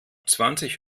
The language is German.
zwanzig